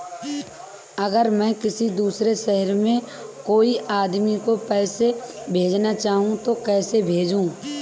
अगर मैं किसी दूसरे शहर में कोई आदमी को पैसे भेजना चाहूँ तो कैसे भेजूँ?